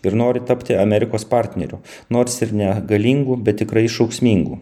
ir nori tapti amerikos partneriu nors ir ne galingu bet tikrai šauksmingu